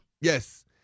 Yes